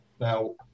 Now